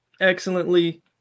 excellently